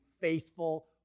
faithful